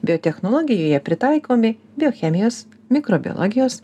biotechnologijoje pritaikomi biochemijos mikrobiologijos